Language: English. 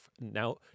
now